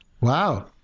Wow